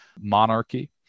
monarchy